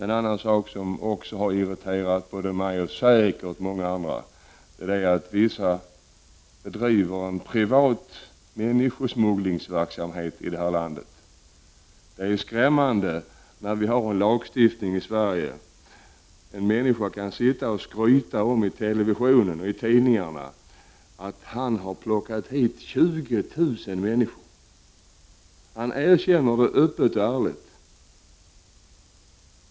En annan sak, som har irriterat både mig och säkert många andra, är att vissa bedriver en privat människosmugglingsverksamhet. Det är skrämmande att en människa kan sitta och skryta i televisionen om att han har plockat hit 20 000 människor. Han erkänner detta öppet och ärligt!